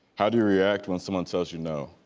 how do you react when someone tells you no?